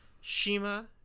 Shima